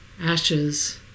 Ashes